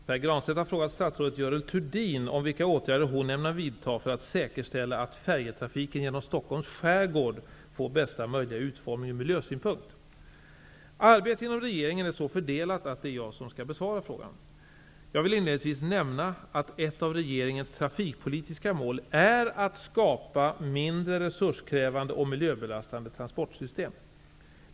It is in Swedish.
Herr talman! Pär Granstedt har frågat statsrådet Stockholms skärgård får bästa möjliga utformning ur miljösynpunkt. Arbetet inom regeringen är så fördelat att det är jag som skall besvara frågan. Jag vill inledningsvis nämna att ett av regeringens trafikpolitiska mål är att skapa mindre resurskrävande och miljöbelastande transportsystem.